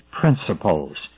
principles